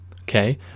okay